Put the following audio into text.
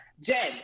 Jen